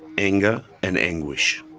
anger and anguish.